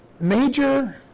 major